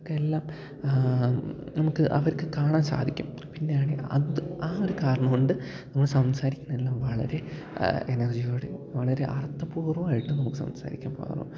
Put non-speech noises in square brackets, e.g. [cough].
അതൊക്കെ എല്ലാം നമുക്ക് അവർക്ക് കാണാൻ സാധിക്കും പിന്നെയാണെങ്കില് അത് ആ ഒരു കാരണം കൊണ്ട് നമ്മള് സംസാരിക്കുന്നതെല്ലാം വളരെ എനർജിയോടെ വളരെ അർത്ഥപൂർവ്വമായിട്ട് നമുക്ക് സംസാരിക്കാൻ [unintelligible]